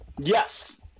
Yes